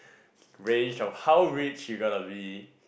range of how rich you gotta be